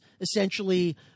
essentially